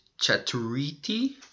Chaturiti